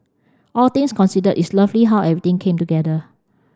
all things considered it's lovely how everything came together